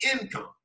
income